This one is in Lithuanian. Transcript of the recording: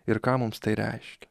ir ką mums tai reiškia